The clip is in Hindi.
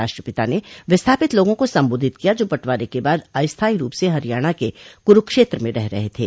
राष्ट्रपिता ने विस्थापित लोगों को संबोधित किया जो बंटवारे के बाद अस्थायी रूप से हरियाणा के कुरूक्षेत्र में रह रहे थे